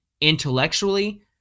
intellectually